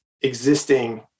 existing